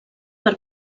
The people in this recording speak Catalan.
per